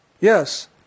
Yes